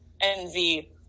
envy